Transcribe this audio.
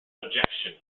objection